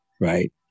Right